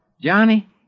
Johnny